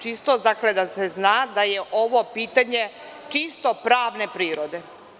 Čisto, dakle, da se zna da je ovo pitanje čisto pravne prirode.